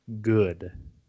good